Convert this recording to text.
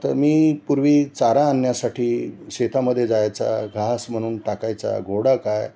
तर मी पूर्वी चारा आणण्यासाठी शेतामध्ये जायचा घास म्हणून टाकायचा घोडा काय